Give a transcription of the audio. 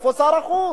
איפה שר החוץ?